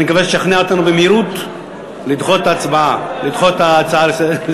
אני מקווה שתשכנע אותנו במהירות לדחות את הצעת האי-אמון.